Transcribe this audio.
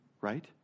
right